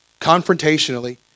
confrontationally